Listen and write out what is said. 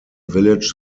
village